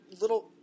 little